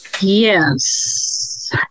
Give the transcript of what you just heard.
Yes